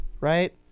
right